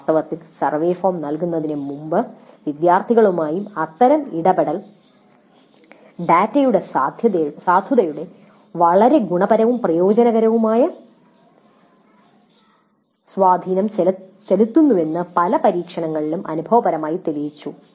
വാസ്തവത്തിൽ survey form നൽകുന്നതിനുമുമ്പ് വിദ്യാർത്ഥികളുമായുള്ള അത്തരം ഇടപെടൽ ഡാറ്റയുടെ സാധുതയിൽ വളരെ ഗുണപരവും പ്രയോജനകരവുമായ സ്വാധീനം ചെലുത്തുന്നുവെന്ന് പല പരീക്ഷണങ്ങളിലും അനുഭവപരമായി തെളിയിച്ചു